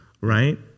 Right